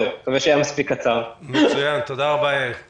תודה רבה, יאיר.